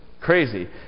crazy